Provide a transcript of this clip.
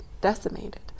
decimated